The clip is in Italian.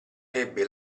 ebbe